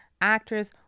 Actress